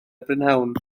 prynhawn